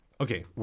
okay